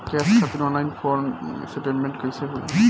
Gas खातिर online phone से payment कैसे करेम?